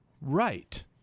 right